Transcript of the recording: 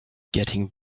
getting